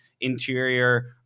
interior